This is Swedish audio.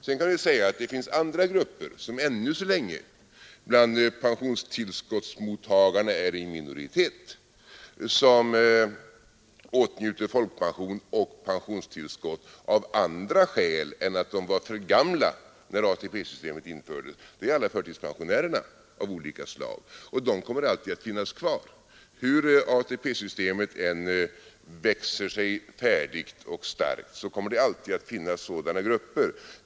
Sedan kan vi säga att det finns andra grupper som ännu så länge bland pensionstillskottsmottagarna är i minoritet, som åtnjuter folkpension och pensionstillskott av andra skäl än att de var för gamla när ATP-systemet infördes, nämligen alla förtidspensionärer av olika slag. De kommer alltid att finnas kvar. Hur ATP-systemet än växer sig färdigt och starkt kommer det alltid att finnas sådana grupper.